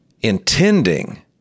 intending